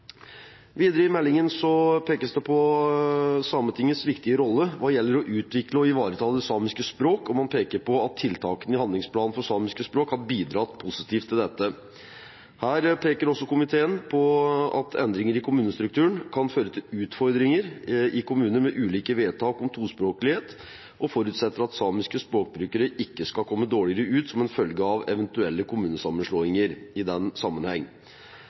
Videre i meldingen pekes det på Sametingets viktige rolle hva gjelder å utvikle og ivareta det samiske språk, og man peker på at tiltakene i Handlingsplan for samiske språk har bidratt positivt til dette. Her peker også komiteen på at endringer i kommunestrukturen kan føre til utfordringer i kommuner med ulike vedtak om tospråklighet, og forutsetter at samiske språkbrukere i den sammenheng ikke skal komme dårligere ut som følge av eventuelle kommunesammenslåinger.